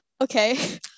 Okay